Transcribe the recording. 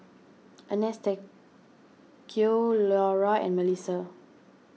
Anastacio Leora and Mellisa